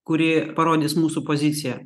kuri parodys mūsų poziciją